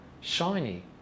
shiny